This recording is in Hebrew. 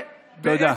תודה.